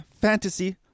Fantasy